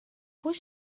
pwy